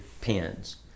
pins